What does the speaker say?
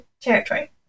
territory